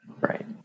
right